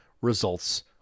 results